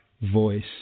voice